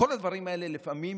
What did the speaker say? כל הדברים האלה, לפעמים